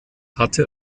hatte